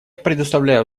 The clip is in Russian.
предоставляю